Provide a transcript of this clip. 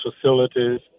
facilities